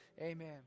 amen